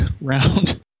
round